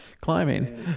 climbing